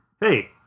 hey